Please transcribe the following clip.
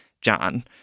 john